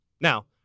Now